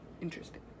interesting